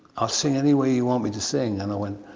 ah sing any way you want me to sing. and i went,